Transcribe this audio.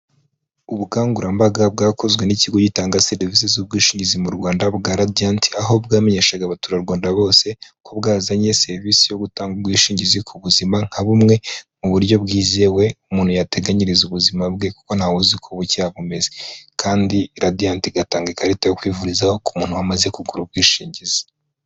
Ubukangurambaga bwakozwe n'ikigo gitanga serivisi z'ubwishingizi mu Rwanda bwa Radianti, aho bwamenyeshaga abaturarwanda bose ko bwazanye serivisi yo gutanga ubwishingizi ku buzima nka bumwe mu buryo bwizewe, umuntu yateganyiriza ubuzima bwe kuko ntawe uzi uko bucya bumeze kandi Radianti igatanga ikarita yo kwivurizaho ku muntu wamaze kugura ubwishingizi.